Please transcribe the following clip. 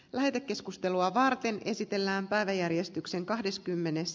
lähetekeskustelua varten esitellään päiväjärjestyksen kahdeskymmenes